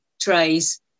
trays